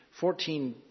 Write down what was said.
14